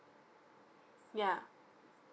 yeah